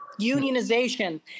unionization